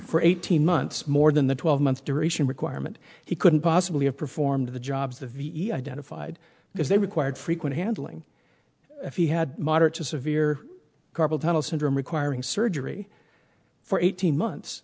for eighteen months more than the twelve month duration requirement he couldn't possibly have performed the jobs the ve identified is they required frequent handling if he had moderate to severe carpal tunnel syndrome requiring surgery for eighteen months